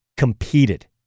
competed